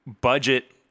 budget